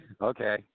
Okay